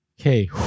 Okay